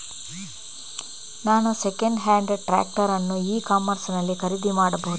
ನಾನು second hand tractor ಅನ್ನು e commerce ನಲ್ಲಿ ಖರೀದಿ ಮಾಡಬಹುದಾ?